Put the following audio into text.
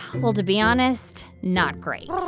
well, to be honest, not great.